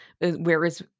Whereas